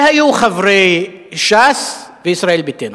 והיו חברי ש"ס וישראל ביתנו.